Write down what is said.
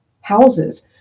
houses